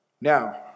Now